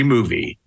Movie